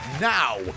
now